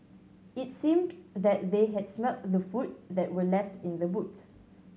it seemed that they had smelt the food that were left in the boot